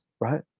right